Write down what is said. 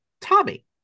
Tommy